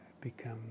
Become